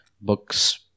books